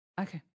Okay